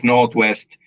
Northwest